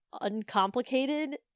uncomplicated